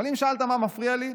אבל אם שאלת מה מפריע לי,